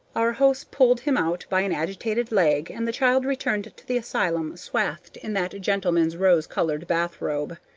our host pulled him out by an agitated leg, and the child returned to the asylum swathed in that gentleman's rose-colored bathrobe.